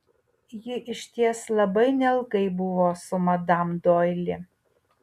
ji išties labai neilgai buvo su madam doili